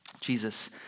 Jesus